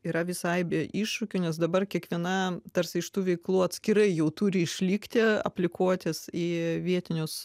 yra visai be iššūkių nes dabar kiekviena tarsi iš tų veiklų atskirai jau turi išlikti aplikuotis į vietinius